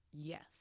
Yes